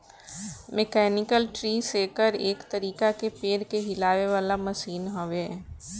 mechanical tree shaker एक तरीका के पेड़ के हिलावे वाला मशीन हवे